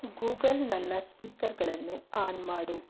Google ನನ್ನ ಸ್ಪೀಕರ್ಗಳನ್ನು on ಮಾಡು